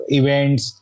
events